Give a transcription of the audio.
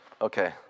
okay